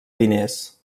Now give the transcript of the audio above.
diners